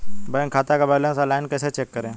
Bank खाते का balance online कैसे चेक करें?